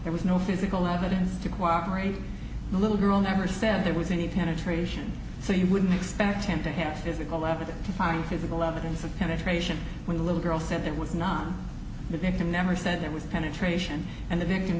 there was no physical evidence to cooperate the little girl never said there was anything an iteration so you wouldn't expect him to have physical evidence to find physical evidence of penetration when the little girl said it was not the victim never said it was penetration and the victim